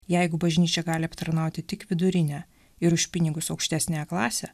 jeigu bažnyčia gali aptarnauti tik vidurinę ir už pinigus aukštesnę klasę